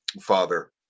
Father